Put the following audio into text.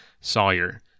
Sawyer